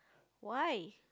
why